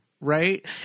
Right